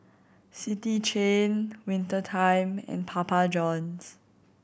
City Chain Winter Time and Papa Johns